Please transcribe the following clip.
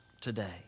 today